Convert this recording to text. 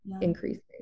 increasing